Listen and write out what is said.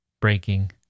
breaking